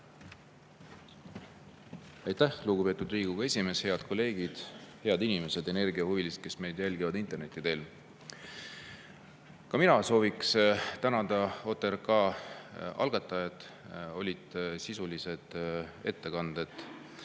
Aitäh, lugupeetud Riigikogu esimees! Head kolleegid! Head inimesed, energiahuvilised, kes meid jälgivad interneti teel! Ka mina soovin tänada OTRK algatajaid. Olid sisulised ettekanded.